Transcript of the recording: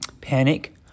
panic